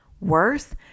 worse